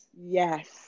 yes